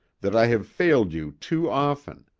that i have failed you too often,